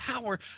power